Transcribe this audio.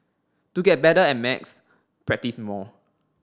to get better at maths practise more